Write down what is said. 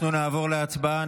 אנחנו נעבור להצבעה.